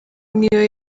niyo